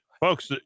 folks